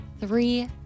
three